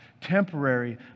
temporary